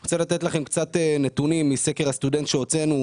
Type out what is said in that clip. אני רוצה לתת לכם קצת נתונים מסקר הסטודנט שהוצאנו.